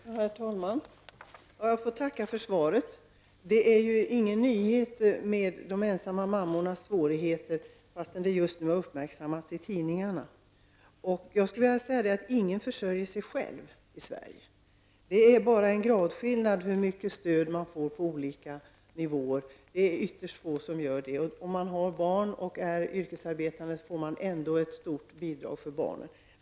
Herr talman! Jag får tacka för svaret. Att de ensamma mammorna har det svårt är ju ingen nyhet, fast det just nu uppmärksammas i tidningarna. Det är ytterst få i Sverige som försörjer sig själva. Hur mycket stöd man får på olika nivåer utgör bara en gradskillnad. Om man har barn och är yrkesarbetande får man ändå ett stort bidrag för barnen.